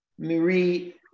Marie